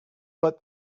but